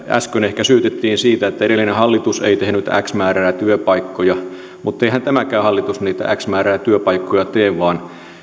äsken ehkä syytettiin siitä että edellinen hallitus ei tehnyt x määrää työpaikkoja mutta eihän tämäkään hallitus niitä työpaikkoja x määrää tee vaan